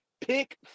Pick